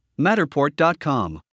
Matterport.com